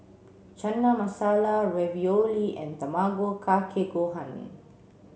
Chana Masala Ravioli and Tamago Kake Gohan